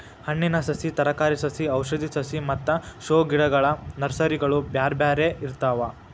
ಹಣ್ಣಿನ ಸಸಿ, ತರಕಾರಿ ಸಸಿ ಔಷಧಿ ಸಸಿ ಮತ್ತ ಶೋ ಗಿಡಗಳ ನರ್ಸರಿಗಳು ಬ್ಯಾರ್ಬ್ಯಾರೇ ಇರ್ತಾವ